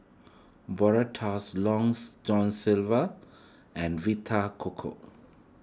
Brotzeit Long John Silver and Vita Coco